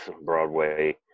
Broadway